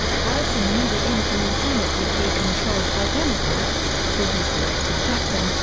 harrison knew the incoming senate would be controlled by democrats, so he selected jackson,